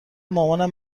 مامانم